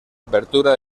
apertura